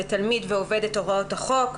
תלמיד ועובד את הוראות החוק.